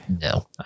No